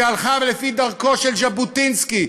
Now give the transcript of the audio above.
זו שהלכה לפי דרכו של ז'בוטינסקי,